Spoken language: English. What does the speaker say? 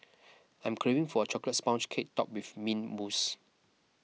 I'm craving for a Chocolate Sponge Cake Topped with Mint Mousse